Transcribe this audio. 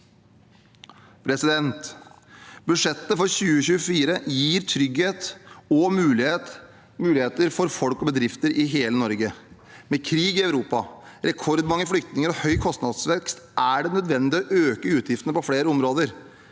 dette til. Budsjettet for 2024 gir trygghet og muligheter for folk og bedrifter i hele Norge. Med krig i Europa, rekordmange flyktninger og høy kostnadsvekst er det nødvendig å øke utgiftene på flere områder.